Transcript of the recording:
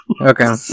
Okay